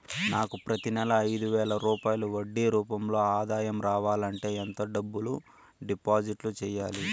నాకు ప్రతి నెల ఐదు వేల రూపాయలు వడ్డీ రూపం లో ఆదాయం రావాలంటే ఎంత డబ్బులు డిపాజిట్లు సెయ్యాలి?